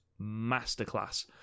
masterclass